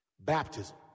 Baptism